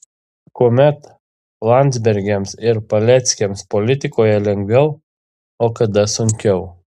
kuomet landsbergiams ir paleckiams politikoje lengviau o kada sunkiau